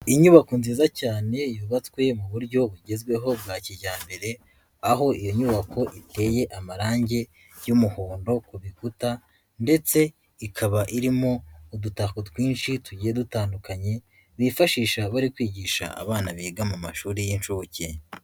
Inyubako nziza cyane yubatswe mu buryo bugezweho bwa kijyambere aho iyo nyubako iteye amarangi y'umuhondo ku bikuta ndetse ikaba irimo udutako twinshi tugiye dutandukanye bifashisha bari kwigisha abana biga mu mashuri y'inshuke.